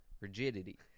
Rigidity